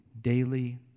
daily